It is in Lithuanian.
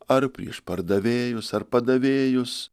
ar prieš pardavėjus ar padavėjus